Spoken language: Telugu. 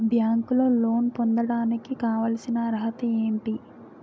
బ్యాంకులో లోన్ పొందడానికి కావాల్సిన అర్హత ఏంటి?